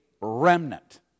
remnant